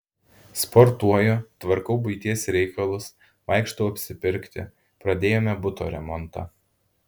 sportuoju tvarkau buities reikalus vaikštau apsipirkti pradėjome buto remontą